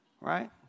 Right